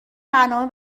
برنامه